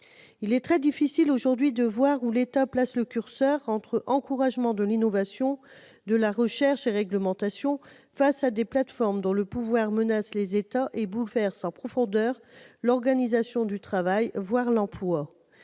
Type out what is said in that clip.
Il est très difficile aujourd'hui de voir où l'État place le curseur entre encouragement de l'innovation et de la recherche et réglementation, face à des plateformes dont le pouvoir menace les États et bouleverse en profondeur l'organisation du travail, voire l'emploi.